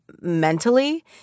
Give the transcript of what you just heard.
mentally